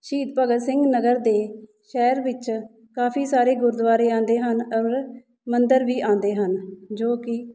ਸ਼ਹੀਦ ਭਗਤ ਸਿੰਘ ਨਗਰ ਦੇ ਸ਼ਹਿਰ ਵਿੱਚ ਕਾਫੀ ਸਾਰੇ ਗੁਰਦੁਆਰੇ ਆਉਂਦੇ ਹਨ ਔਰ ਮੰਦਰ ਵੀ ਆਉਂਦੇ ਹਨ ਜੋ ਕਿ